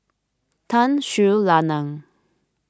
Tun Sri Lanang